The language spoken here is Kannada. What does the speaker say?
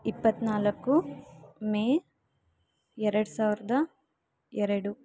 ಇಪ್ಪತ್ತ್ನಾಲ್ಕು ಮೇ ಎರಡು ಸಾವಿರದ ಎರಡು